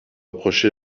approcher